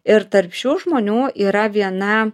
ir tarp šių žmonių yra viena